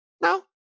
No